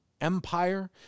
empire